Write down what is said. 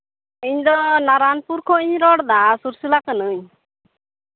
ᱤᱧᱫᱚ ᱱᱟᱨᱟᱯᱩᱨ ᱠᱷᱚᱱᱤᱧ ᱨᱚᱲᱫᱟ ᱥᱩᱥᱤᱞᱟ ᱠᱟᱹᱱᱟᱹᱧ